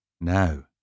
Now